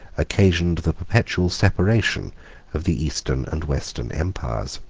occasioned the perpetual separation of the eastern and western empires.